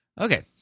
okay